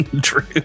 true